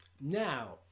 now